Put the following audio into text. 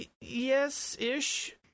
Yes-ish